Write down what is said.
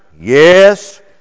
Yes